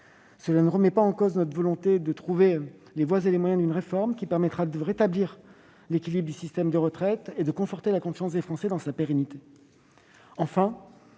Cela ne remet pas en cause notre volonté de trouver les voies et les moyens d'une réforme permettant de rétablir l'équilibre du système de retraite et de conforter la confiance des Français dans sa pérennité.